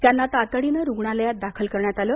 त्यांना तातडीनं रुणालयात दाखल करण्यात आलं